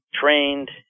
trained